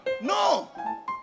no